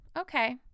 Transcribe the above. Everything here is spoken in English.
okay